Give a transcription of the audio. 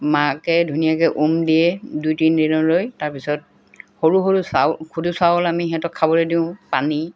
মাকে ধুনীয়াকৈ উম দিয়ে দুই তিনি দিনলৈ তাৰপিছত সৰু সৰু চাউল খুদু চাউল আমি সিহঁতক খাবলৈ দিওঁ পানী